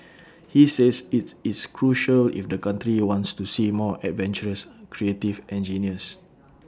he says IT is crucial if the country wants to see more adventurous creative engineers